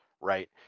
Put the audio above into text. right